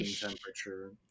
temperature